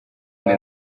umwe